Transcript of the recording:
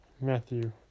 Matthew